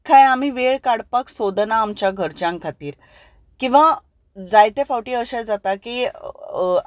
कांय आमी वेळ काडपाक सोदना आमच्या घरच्यां खातीर किंवां जायते फावटी अशें जाता की